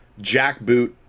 jackboot